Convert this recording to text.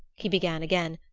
he began again,